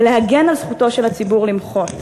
בהגנה על זכותו של הציבור למחות.